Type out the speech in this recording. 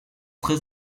très